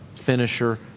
Finisher